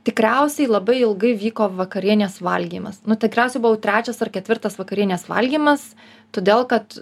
tikriausiai labai ilgai vyko vakarienės valgymas nu tikriausiai buvau trečias ar ketvirtas vakarienės valgymas todėl kad